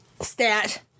stat